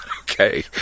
okay